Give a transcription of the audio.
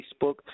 Facebook